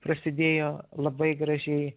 prasidėjo labai gražiai